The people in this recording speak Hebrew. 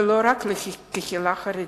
ולא רק לקהילה החרדית.